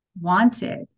wanted